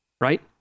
Right